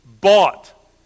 bought